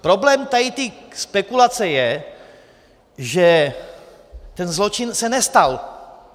Problém tady té spekulace je, že ten zločin se nestal.